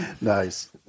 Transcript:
Nice